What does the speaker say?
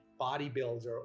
bodybuilder